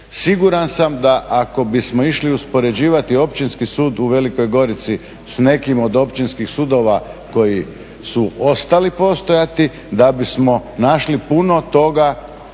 Siguran sam da ako bismo išli uspoređivati Općinski sud u Velikoj Gorici s nekim od općinskih sudova koji su ostali postojati da bismo našli puno toga